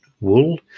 wool